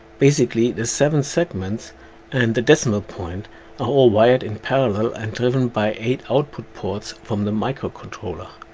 basically the seven segments and the decimal point are all wired in parallel and driven by eight output ports from the micro controller.